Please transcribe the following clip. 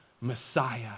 Messiah